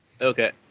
okay